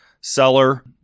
seller